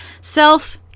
Self